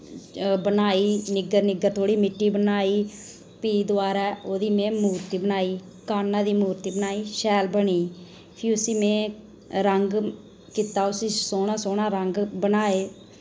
बनाई निग्गर निग्गर थोह्ड़ी मिट्टी बनाई फ्ही दोआरा उदी मैं मूर्ति बनाई कान्हा दी मूर्ति बनाई शैल बनी फ्ही उस्सी में रंग कीता उसी सोह्ना सोह्ना रंग बनाए